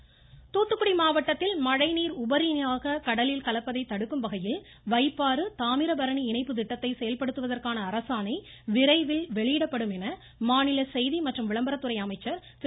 கடம்பூர் ராஜு மாவட்டத்தில் மழைநீர் உபரியாக கடலில் கலப்பதை தூத்துக்குடி தடுக்கும்வகையில் வைப்பாறு தாமிரபரணி இணைப்பு திட்டத்தை செயல்படுத்துவதற்கான அரசாணை விரைவில் வெளியிபடப்படும் என மாநில செய்தி மற்றும் விளம்பரத்துறை அமைச்சர் திரு